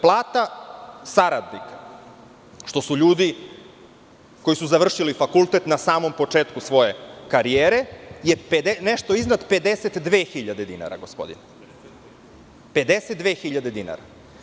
Plata saradnika, što su ljudi koji su završili fakultet na samom početku svoje karijere, je nešto iznad 52.000 dinara.